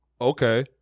okay